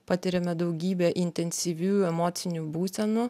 patiriame daugybę intensyvių emocinių būsenų